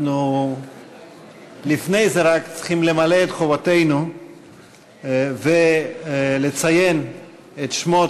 לפני זה אנחנו רק צריכים למלא את חובתנו ולציין את שמות